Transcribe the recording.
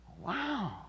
wow